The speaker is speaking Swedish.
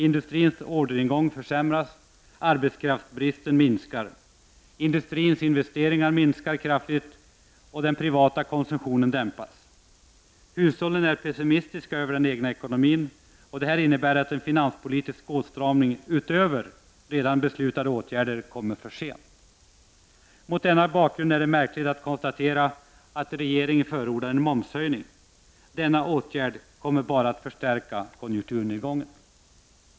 Industrins orderingång försämras, arbetskraftsbristen minskar, industrins investeringar minskar kraftigt, den privata konsumtionen dämpas. Hushållen är pessimistiska beträffande den egna ekonomin. Det här innebär att en finanspolitisk åtstramning utöver redan beslutade åtgärder kommer för sent. Mot denna bakgrund är det märkligt att regeringen förordar en momshöjning. Den åtgärden kommer bara att förstärka konjunkturnedgången.